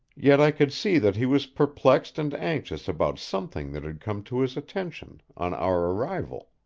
yet i could see that he was perplexed and anxious about something that had come to his attention on our arrival.